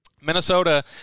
Minnesota